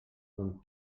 bon